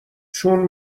چون